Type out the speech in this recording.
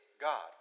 God